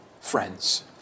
friends